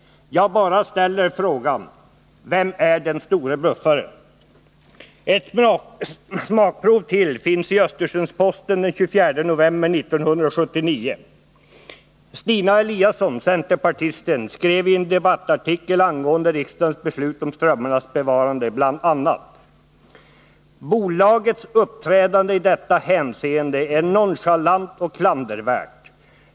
Jag bara ställer frågan: Vem är den store bluffaren? Ett smakprov till finns i Östersunds-Posten den 24 november 1979. Stina Eliasson, centerpartisten, skrev i en debattartikel angående riksdagens beslut om strömmarnas bevarande bl.a.: ”Bolagets uppträdande i detta hänseende är nonchalant och klandervärt.